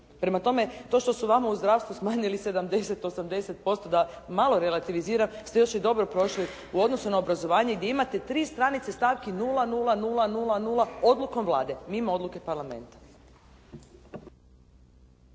Prema tome, to što su vama u zdravstvu smanjili 70, 80% da malo relativiziram ste još i dobro prošli u odnosu na obrazovanje i gdje imate tri stranice stavki nula, nula, nula, nula, nula odlukom Vlade, mimo odluke Parlamenta.